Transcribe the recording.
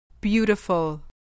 Beautiful